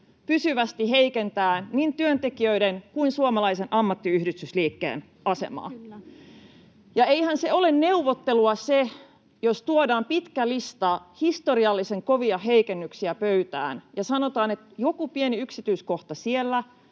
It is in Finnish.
pysyvästi heikentää niin työntekijöiden kuin suomalaisen ammattiyhdistysliikkeen asemaa. Ja eihän se ole neuvottelua, jos tuodaan pitkä lista historiallisen kovia heikennyksiä pöytään ja sanotaan, että joku pieni yksityiskohta siellä,